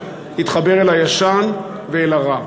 התחבר אל הישן ואל הרע.